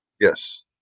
Yes